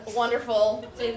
wonderful